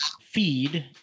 feed